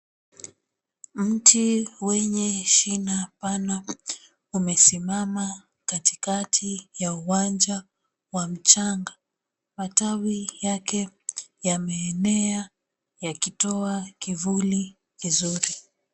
Mti wenye shina pana umesimama katikati ya uwanja wa mchanga. Matawi yake yameenea yakitoa kivuli kizuri.